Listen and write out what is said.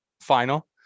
final